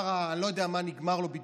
לא יודע מה נגמר לו בדיוק,